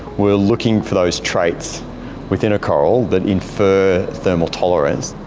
we are looking for those traits within a coral that infer thermal tolerance.